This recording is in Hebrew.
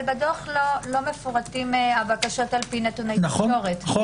אבל בדוח לא מפורטים הבקשות על פי נתוני תקשורת.